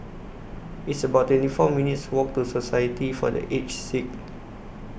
It's about twenty four minutes' Walk to Society For The Aged Sick